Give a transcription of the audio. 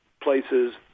places